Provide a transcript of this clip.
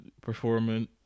performance